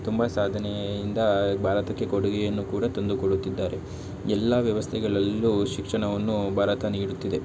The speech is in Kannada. ತುಂಬ ಸಾಧನೆಯಿಂದ ಭಾರತಕ್ಕೆ ಕೊಡುಗೆಯನ್ನು ಕೂಡ ತಂದು ಕೊಡುತ್ತಿದ್ದಾರೆ ಎಲ್ಲ ವ್ಯವಸ್ಥೆಗಳಲ್ಲೂ ಶಿಕ್ಷಣವನ್ನು ಭಾರತ ನೀಡುತ್ತಿದೆ